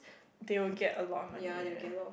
they will get a lot of money eh